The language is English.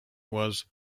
was